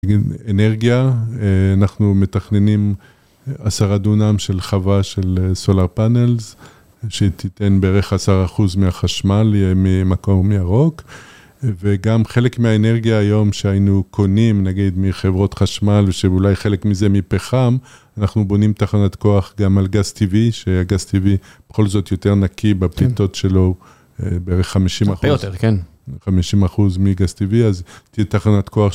אנרגיה, אנחנו מתכננים עשרה דונם של חווה של sollar panels, שתיתן בערך עשרה אחוז מהחשמל, יהיה ממקום ירוק. וגם חלק מהאנרגיה היום שהיינו קונים, נגיד, מחברות חשמל, ושאולי חלק מזה מפחם, אנחנו בונים תחנת כוח גם על גז טבעי, שהגז טבעי בכל זאת יותר נקי, בפליטות שלו בערך חמישים אחוז. הרבה יותר, כן. חמישים אחוז מגז טבעי, אז תהיה תחנת כוח ש..